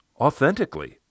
authentically